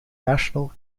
national